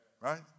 right